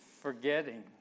forgetting